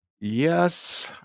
yes